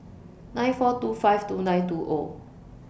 nine four two five two nine two O